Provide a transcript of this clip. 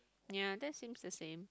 ya that seems the same